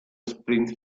sprint